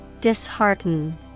Dishearten